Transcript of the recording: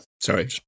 sorry